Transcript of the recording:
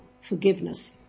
forgiveness